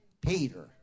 Peter